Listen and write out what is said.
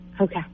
Okay